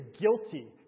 guilty